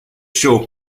show